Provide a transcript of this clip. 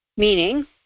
meaning